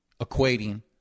equating